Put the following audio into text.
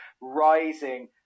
rising